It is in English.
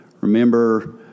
Remember